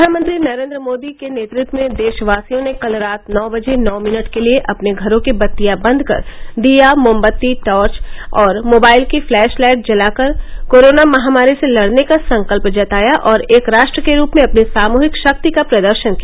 प्रधानमंत्री नरेन्द्र मोदी के नेतृत्व में देशवासियों ने कल रात नौ बजे नौ मिनट के लिए अपने घरों की बत्तियां बन्द कर दीया मोमक्ती टॉर्च और मोबाइल की फ्लैश लाइट जलाकर कोरोना महामारी से लडने का संकल्प जताया और एक राष्ट्र के रूप में अपनी सामुहिक शक्ति का प्रदर्शन किया